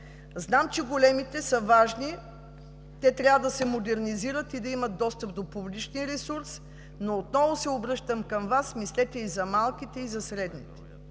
Знаем, че големите са важни, те трябва да се модернизират и да имат достъп до публичния ресурс, но отново се обръщам към Вас: мислете и за малките, и за средните.